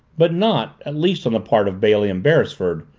but not, at least on the part of bailey and beresford,